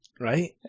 right